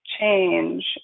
change